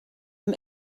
dem